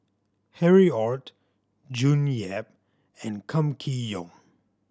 Harry Ord June Yap and Kam Kee Yong